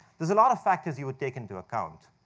there's a lot of factors you would take into account.